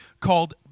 called